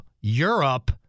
Europe—